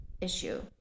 issue